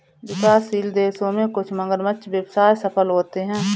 विकासशील देशों में कुछ मगरमच्छ व्यवसाय सफल होते हैं